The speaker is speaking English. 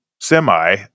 semi